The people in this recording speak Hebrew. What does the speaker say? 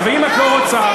ואם את לא רוצה,